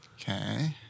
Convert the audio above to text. Okay